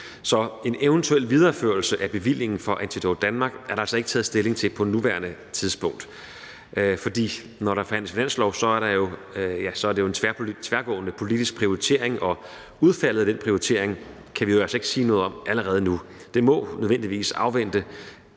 Så en eventuel videreførelse af bevillingen for Antidote Danmark er der altså ikke taget stilling til på nuværende tidspunkt, for når der forhandles finanslov, er det jo en tværgående politisk prioritering, og udfaldet af den prioritering kan vi jo altså ikke sige noget om allerede nu. Det må nødvendigvis afvente,